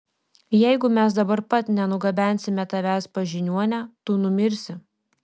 jeigu mes dabar pat nenugabensime tavęs pas žiniuonę tu numirsi